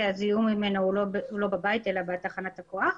כי הזיהום ממנו הוא לא בבית אלא בתחנת כוח,